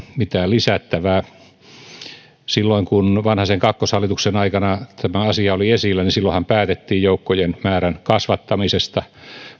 mitään lisättävää kun vanhasen kakkoshallituksen aikana tämä asia oli esillä niin silloinhan päätettiin joukkojen määrän kasvattamisesta